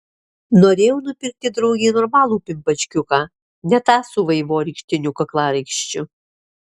norėjau nupirkti draugei normalų pimpačkiuką ne tą su vaivorykštiniu kaklaraiščiu